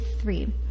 three